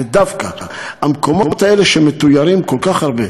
ודווקא המקומות האלה שמתוירים כל כך הרבה,